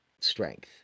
Strength